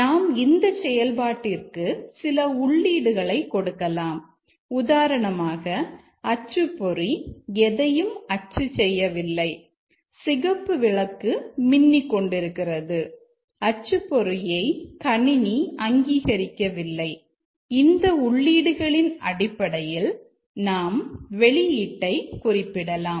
நாம் இந்த செயல்பாட்டிற்கு சில உள்ளீடுகளை கொடுக்கலாம் உதாரணமாக அச்சுப்பொறி எதையும் அச்சு செய்யவில்லை சிகப்பு விளக்கு மின்னிக் கொண்டிருக்கிறது அச்சுப்பொறியை கணினி அங்கீகரிக்கவில்லை இந்த உள்ளீடுகளின் அடிப்படையில் நாம் வெளியீட்டை குறிப்பிடலாம்